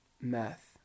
math